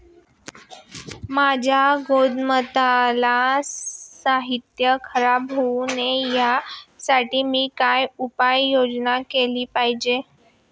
माझ्या गोदामातील साहित्य खराब होऊ नये यासाठी मी काय उपाय योजना केली पाहिजे?